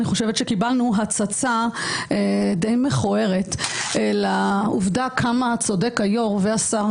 אני חושבת שקיבלנו הצצה די מכוערת לעובדה כמה צודקים היושב-ראש והשר